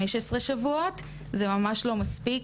15 שבועות זה ממש לא מספיק.